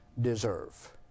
deserve